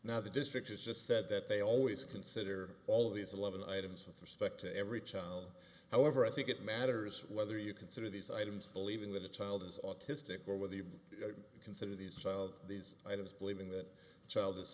now the district has just said that they always consider all of these eleven items with respect to every child however i think it matters whether you consider these items believing that a child is autistic or whether you consider these these items believing that child i